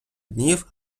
днів